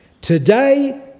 Today